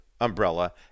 umbrella